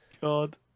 God